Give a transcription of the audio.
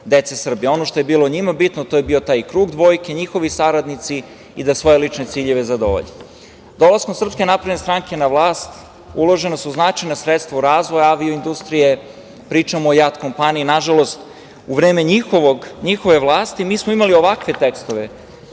dece Srbije. Ono što je bilo njima bitno to je bio taj krug dvojke, njihovi saradnici da svoje lične ciljeve zadovolje. Dolaskom SNS na vlast uložena su značajna sredstva u razvoj avio-industrije, pričam o JAT kompaniji. Nažalost, u vreme njihove vlasti mi smo imali ovakve tekstove